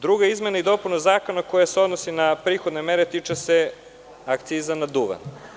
Druga izmena i dopuna zakona koja se odnosi na prihodne mere tiče se akciza na duvan.